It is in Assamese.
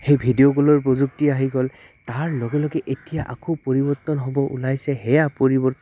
সেই ভিডিঅ' কলৰ প্ৰযুক্তি আহি গ'ল তাৰ লগে লগে এতিয়া আকৌ পৰিৱৰ্তন হ'ব ওলাইছে সেয়া পৰিৱৰ্ত